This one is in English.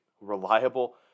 reliable